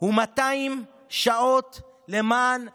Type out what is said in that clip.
הוא 200 שעות למען הקהילה.